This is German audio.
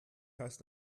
heißt